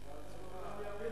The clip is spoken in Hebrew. היא עצובה.